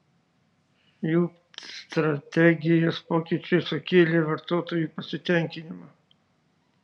jų strategijos pokyčiai sukėlė vartotojų pasitenkinimą